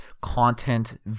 content